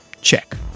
check